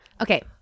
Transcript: okay